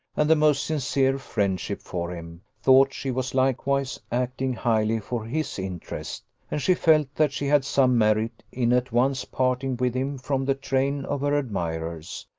and the most sincere friendship for him, thought she was likewise acting highly for his interest and she felt that she had some merit in at once parting with him from the train of her admirers,